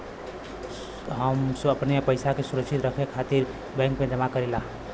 हम अपने पइसा के सुरक्षित रखे खातिर बैंक में जमा करीला